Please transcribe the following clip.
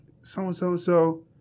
so-and-so-and-so